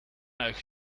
euch